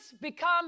become